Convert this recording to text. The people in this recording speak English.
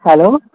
hello